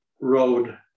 road